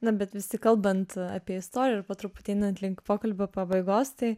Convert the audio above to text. na bet vis tik kalbant apie istoriją ir po truputį einant link pokalbio pabaigos tai